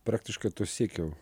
praktiškai to siekiau